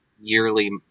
yearly